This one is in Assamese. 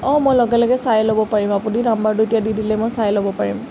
অঁ মই লগে লগে চাই ল'ব পাৰিম আপুনি নাম্বাৰটো এতিয়া দি দিলে মই চাই ল'ব পাৰিম